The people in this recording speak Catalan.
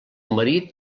marit